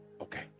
Okay